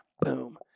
boom